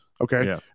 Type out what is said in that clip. okay